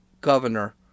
governor